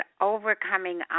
overcoming